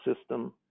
system